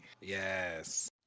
Yes